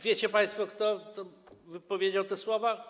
Wiecie państwo, kto wypowiedział te słowa?